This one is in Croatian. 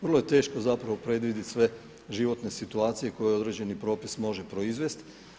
Vrlo je teško zapravo predvidjeti sve životne situacije koje određeni propis može proizvest.